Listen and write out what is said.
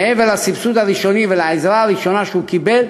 מעבר לסבסוד הראשוני ולעזרה הראשונה שהוא קיבל,